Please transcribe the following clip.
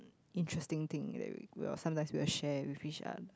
interesting thing that we we'll sometimes we'll share with each other